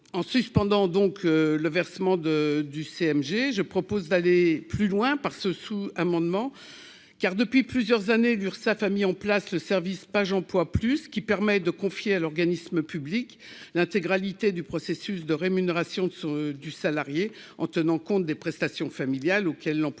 en suspendant donc le versement de du CMG, je propose d'aller plus loin par ce sous-amendement car depuis plusieurs années sa famille en place ce service page emploie plus qui permet de confier à l'organisme public l'intégralité du processus de rémunération de du salarié en tenant compte des prestations familiales auxquelles l'employeur